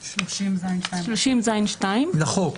30ז(2) לחוק.